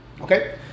Okay